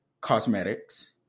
cosmetics